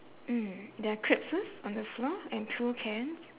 mm there are crisps on the floor and two cans